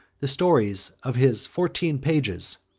the stories of his fourteen pages,